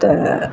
तऽ